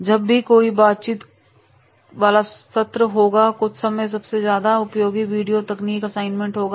जब भी कोई बातचीत वाला सत्र होगा कुछ समय सबसे ज्यादा उपयोगी वीडियो तकनीक असाइनमेंट होगा